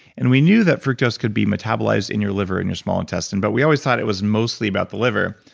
and we knew that fructose could be metabolized in your liver, in your small intestine, but we always thought it was mostly about the liver.